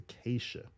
Acacia